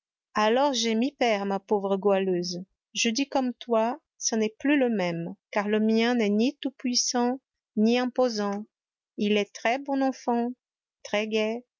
alors je m'y perds ma pauvre goualeuse je dis comme toi ça n'est plus le même car le mien n'est ni tout-puissant ni imposant il est très-bon enfant très-gai